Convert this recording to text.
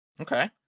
okay